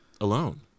alone